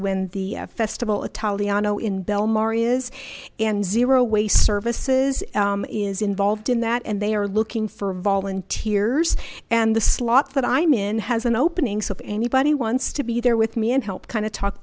when the festival italiano in belmar is and zero waste services is involved in that and they are looking for volunteers and the slot that i'm in has an opening so if anybody wants to be there with me and help kind of talk